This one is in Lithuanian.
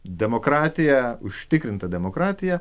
demokratija užtikrinta demokratija